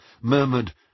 murmured